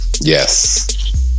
Yes